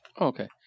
Okay